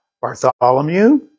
Bartholomew